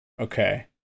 Okay